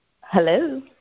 Hello